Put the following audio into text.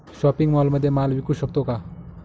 Shopping मॉलमध्ये माल विकू शकतो का?